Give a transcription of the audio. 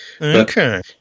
Okay